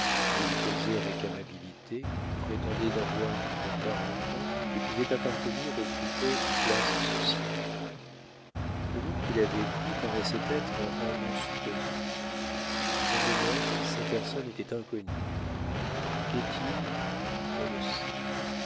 il causait avec amabilité prétendait n'avoir que quarante ans et pouvait appartenir aux plus hautes classes sociales le nom qu'il avait pris paraissait être un nom supposé dans le monde sa personne était inconnue qu'est-il on ne sait